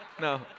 No